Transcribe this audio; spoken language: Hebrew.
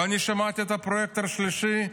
ואני שמעתי את הפרויקטור השלישי,